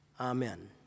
Amen